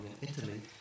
Italy